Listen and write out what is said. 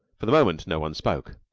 for the moment no one spoke.